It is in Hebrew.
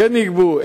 כן יגבו,